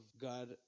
God